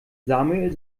samuel